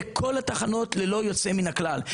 בכל התחנות ללא יוצא מן הכלל.